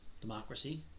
democracy